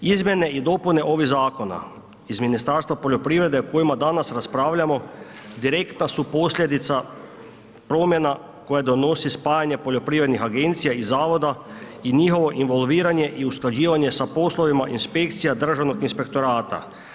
Izmjene i dopune ovih zakona iz Ministarstva poljoprivrede o kojima danas raspravljamo direktna su posljedica promjena koje donosi spajanje poljoprivrednih agencija i zavoda i njihovo involviranje i usklađivanje sa poslovima inspekcija Državnog inspektorata.